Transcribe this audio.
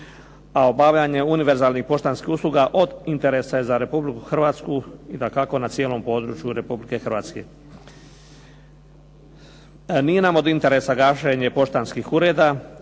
A obavljanje univerzalnih poštanskih usluga od interesa je za Republiku Hrvatsku i dakako na cijelom području Republike Hrvatske. Nije nam od interesa gašenje poštanskih ureda